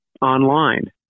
online